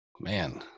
Man